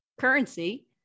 currency